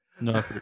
No